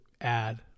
add